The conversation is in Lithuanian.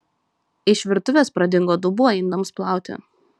iš virtuvės pradingo dubuo indams plauti